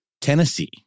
Tennessee